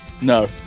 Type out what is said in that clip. No